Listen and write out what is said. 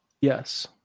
Yes